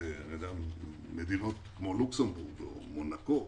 מדינות קטנות כמו לוקסמבורג או מונקו.